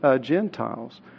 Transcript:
Gentiles